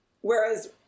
Whereas